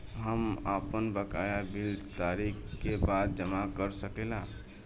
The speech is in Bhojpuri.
हम आपन बकाया बिल तारीख क बाद जमा कर सकेला?